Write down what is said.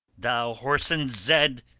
thou whoreson zed!